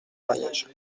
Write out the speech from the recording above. ariège